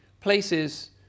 places